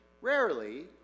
rarely